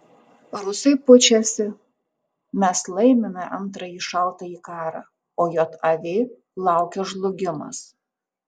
rusai pučiasi mes laimime antrąjį šaltąjį karą o jav laukia žlugimas